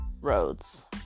roads